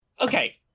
Okay